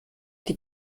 die